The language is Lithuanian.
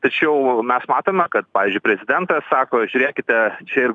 tačiau mes matome kad pavyzdžiui prezidentas sako žiūrėkite čia ir